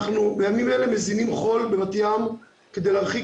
בימים האלה אנחנו מזינים חול בבת ים כדי להרחיק